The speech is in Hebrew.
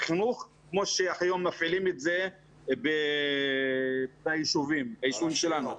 החינוך כמו שהיום מפעילים את זה בישובים שלנו.